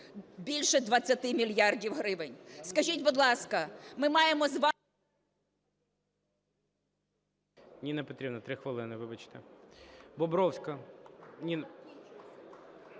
більше 20 мільярдів гривень. Скажіть, будь ласка, ми маємо з вами...